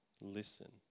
listen